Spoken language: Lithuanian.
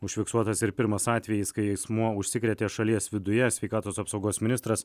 užfiksuotas ir pirmas atvejis kai asmuo užsikrėtė šalies viduje sveikatos apsaugos ministras